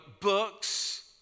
books